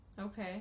Okay